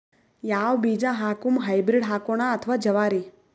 ಯಾವ ಬೀಜ ಹಾಕುಮ, ಹೈಬ್ರಿಡ್ ಹಾಕೋಣ ಅಥವಾ ಜವಾರಿ?